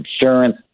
insurance